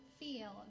feel